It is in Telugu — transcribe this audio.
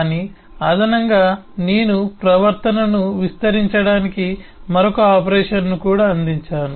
కానీ అదనంగా నేను ప్రవర్తనను విస్తరించడానికి మరొక ఆపరేషన్ను కూడా అందించాను